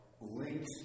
links